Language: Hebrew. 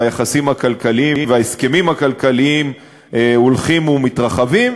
והיחסים הכלכליים וההסכמים הכלכליים הולכים ומתרחבים,